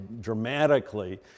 dramatically